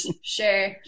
Sure